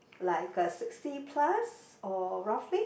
like uh sixty plus or roughly